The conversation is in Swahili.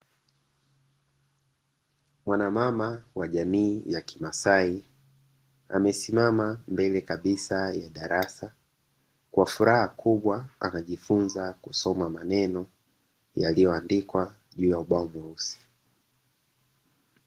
Mwana mama wa jamii ya kimasai, amesimama mbele kabisa ya darasa kwa furaha kubwa anajifunza kusoma maneno yaliyoandikwa juu ya ubao mweusi.